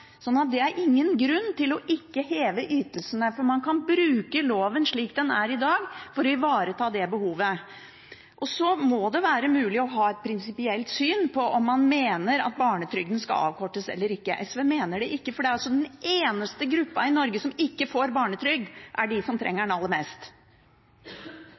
det er ingen grunn til ikke å heve ytelsene, for man kan bruke loven slik den er i dag, for å ivareta det behovet. Så må det være mulig å ha et prinsipielt syn på om barnetrygden skal avkortes eller ikke. SV mener den ikke skal det, for den eneste gruppa i Norge som ikke får barnetrygd, er den som trenger den aller mest.